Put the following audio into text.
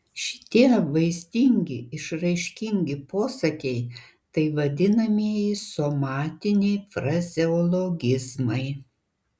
šitie vaizdingi išraiškingi posakiai tai vadinamieji somatiniai frazeologizmai